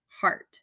heart